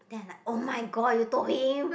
then I like oh-my-god you told him